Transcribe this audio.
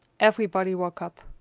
everybody woke up.